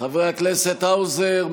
חברי הכנסת האוזר,